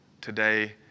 today